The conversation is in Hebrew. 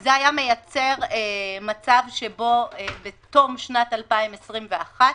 זה היה מייצר מצב שבו בתום שנת 2021,